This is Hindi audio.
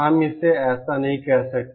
हम इसे ऐसा नहीं कह सकते